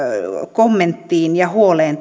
kommenttiin ja huoleen